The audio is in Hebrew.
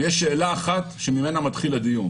ויש שאלה אחת שממנה מתחיל הדיון